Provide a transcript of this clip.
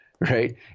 Right